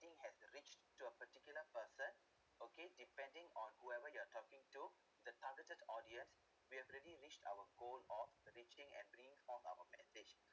ting~ has reached to a particular person okay depending on whoever you're talking to the targeted audience we have already reached our goal of reaching and bringing forth our message